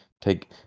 Take